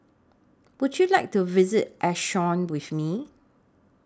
Would YOU like to visit Asuncion with Me